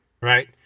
Right